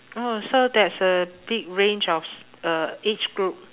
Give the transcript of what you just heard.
oh so that's a big range of s~ uh age group